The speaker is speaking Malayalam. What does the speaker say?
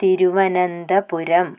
തിരുവനന്തപുരം